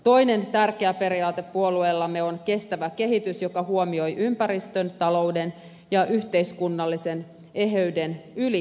toinen tärkeä periaate puolueellamme on kestävä kehitys joka huomioi ympäristön talouden ja yhteiskunnallisen eheyden yli sukupolvien